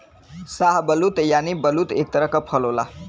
शाहबलूत यानि बलूत एक तरह क फल होला